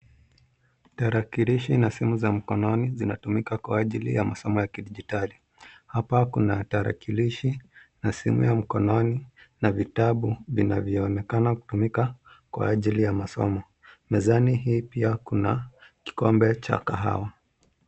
Tarakilishi na simu za mkononi zinatumika kwa ajili ya masomo ya kidijitali. Hapa kuna tarakilishi, na simu ya mkononi, na vitabu, vinavyoonekana kutumika kwa ajili ya masomo. Mezani hii pia kuna kikombe cha kahawa.